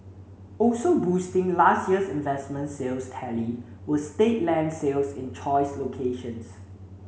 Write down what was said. also boosting last year's investment sales tally were state land sales in choice locations